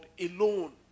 alone